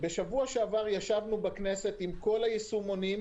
בשבוע שעבר ישבנו בכנסת עם כל הישומונים.